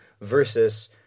versus